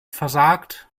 versagt